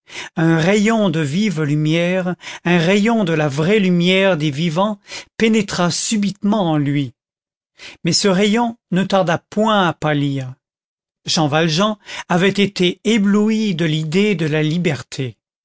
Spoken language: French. un rayon de vive lumière un rayon de la vraie lumière des vivants pénétra subitement en lui mais ce rayon ne tarda point à pâlir jean valjean avait été ébloui de l'idée de la liberté